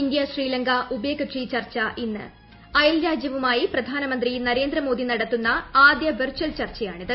India Sri Lanka ഉഭയകക്ഷി ചർച്ച ഇന്ന് അയൽ രാജ്യവുമായി പ്രധാനമന്ത്രി നരേന്ദ്രമോദി നടത്തുന്ന ആദ്യ വിർച്ചൽ ചർച്ചയാണിത്